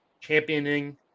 championing